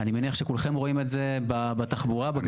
אני מניח שכולכם רואים את זה בתחבורה, בכבישים.